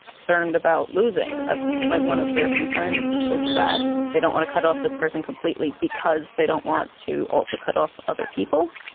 spurned about losing. that's like one of their concerns is that they don't want to cut off this person completely because they don't want to also cut off other people.